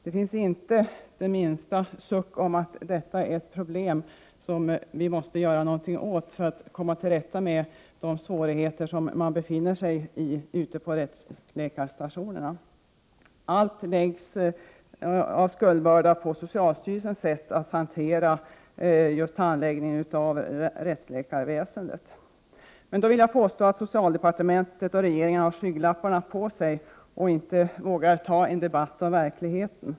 Det sägs inte heller något om att detta är ett problem, som man måste göra något åt för att komma till rätta med de svårigheter som man har på rättsläkarstationerna. Hela skuldbördan läggs på socialstyrelsen och dess sätt att handlägga rättsläkarväsendet. Jag vill då påstå att socialdepartementet och regeringen har skygglapparna på sig och inte vågar föra en debatt om verkligheten.